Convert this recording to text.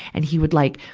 and he would like,